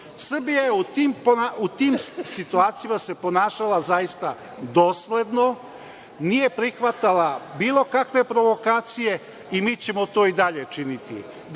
Srbija se u tim situacijama ponašala zaista dosledno, nije prihvatala bilo kakve provokacije i mi ćemo to i dalje činiti.